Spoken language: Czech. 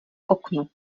oknu